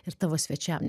ir tavo svečiam